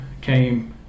came